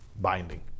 binding